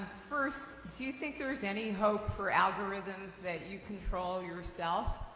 first, do you think there's any hope for algorithms that you control yourself?